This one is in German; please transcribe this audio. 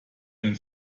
einen